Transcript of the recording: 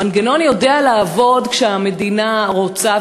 המנגנון יודע לעבוד כשהמדינה רוצה,